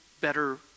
better